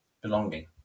belonging